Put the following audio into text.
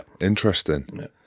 Interesting